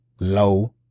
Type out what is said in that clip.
low